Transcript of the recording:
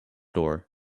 door